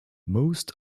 most